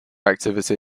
activity